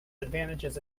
advantages